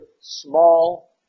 small